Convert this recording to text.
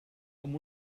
amb